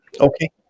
Okay